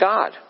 God